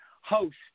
host